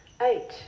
Eight